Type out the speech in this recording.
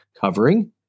covering